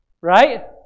right